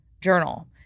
journal